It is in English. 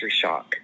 shock